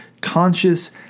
conscious